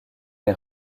est